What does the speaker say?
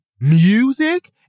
music